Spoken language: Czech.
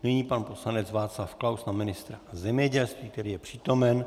Nyní pan poslanec Václav Klaus na ministra zemědělství, který je přítomen.